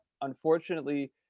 unfortunately